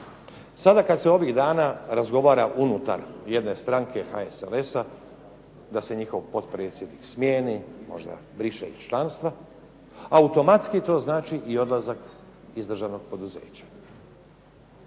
Sada kad se ovih dana razgovara unutar jedne stranke HSLS-a, da se njihov potpredsjednik smijeni, možda briše iz članstva, automatski to znači i odlazak iz državnog poduzeća.